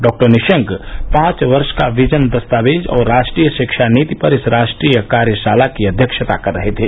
doctor Nishank पांच वर्ष का विजन दस्तावेज और राष्ट्रीय शिक्षा नीति पर इस राष्ट्रीय कार्याशाला की अध्यक्षता कर रहे थे